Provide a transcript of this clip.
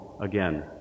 again